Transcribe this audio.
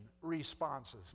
responses